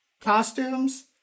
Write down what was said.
costumes